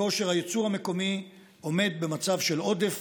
כושר הייצור המקומי עומד במצב של עודף